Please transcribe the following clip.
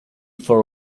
for